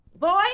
Boy